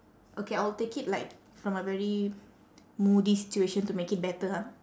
okay I will take it like from a very moody situation to make it better ah